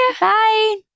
Bye